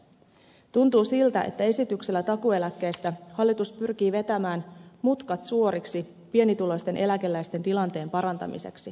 tuntuu siltä että esityksellä takuueläkkeestä hallitus pyrkii vetämään mutkat suoriksi pienituloisten eläkeläisten tilanteen parantamiseksi